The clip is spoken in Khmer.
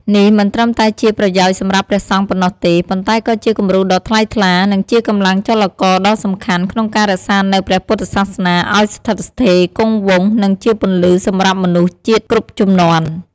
នេះមិនត្រឹមតែជាប្រយោជន៍សម្រាប់ព្រះសង្ឈប៉ុណ្ណោះទេ ប៉ុន្តែក៏ជាគំរូដ៏ថ្លៃថ្លា និងជាកម្លាំងចលករដ៏សំខាន់ក្នុងការរក្សានូវព្រះពុទ្ធសាសនាឱ្យស្ថិតស្ថេរគង់វង្ស និងជាពន្លឺសម្រាប់មនុស្សជាតិគ្រប់ជំនាន់។